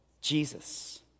Jesus